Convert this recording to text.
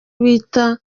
bita